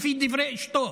לפי דברי אשתו.